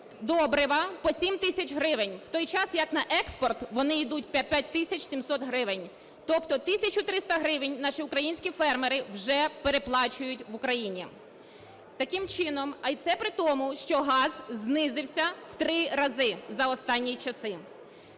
добрива по 7 тисяч гривень, в той час, як на експорт вони йдуть по 5 тисяч 700 гривень. Тобто 1 тисячу 300 гривень наші українські фермери вже переплачують в Україні. Таким чином, а і це при тому, що газ знизився в 3 рази за останні часи.